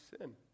sin